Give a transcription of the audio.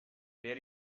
per